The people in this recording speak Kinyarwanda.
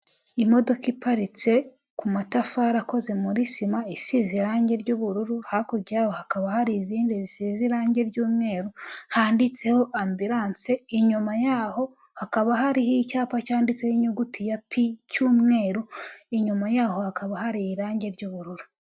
Imodoka iparitse ku matafari akoze muri sima isize irangi ry'ubururu, hakurya y'aho hakaba hari izindi zisize irangi ry'umweru handitseho Ambulance, inyuma y'aho hakaba hariho icyapa cyanditseho inyuguti ya p cy'umweru, inyuma y'aho hakaba hari irangi ry'ubururu.